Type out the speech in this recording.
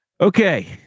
Okay